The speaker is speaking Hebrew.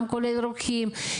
גם כולל רוקחים,